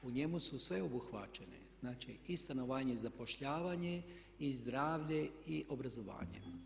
U njemu su sve obuhvaćene, znači i stanovanje i zapošljavanje i zdravlje i obrazovanje.